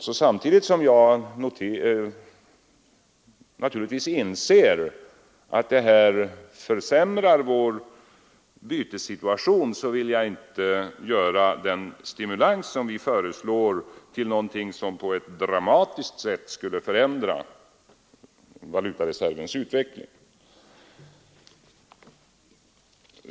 Samtidigt som jag naturligtvis inser att vår bytessituation försämras, så vill jag inte göra den stimulans som vi föreslår till någonting som på ett dramatiskt sätt skulle förändra valutareservens utveckling.